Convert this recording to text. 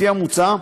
לפי המוצע,